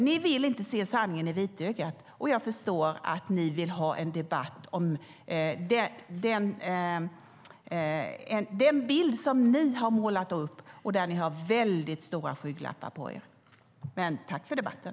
Ni vill inte se sanningen i vitögat, och jag förstår att ni vill ha en debatt om den bild som ni har målat upp, där ni har väldigt stora skygglappar på er. Men tack för debatten!